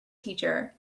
teacher